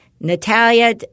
Natalia –